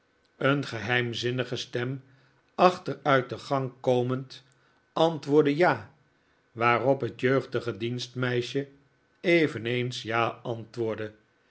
een geheimzinnige stem achter uit de gang komend antwoordde ja waarop het jeugdige dienstmeisje eveneens ja antwoordde